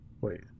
Wait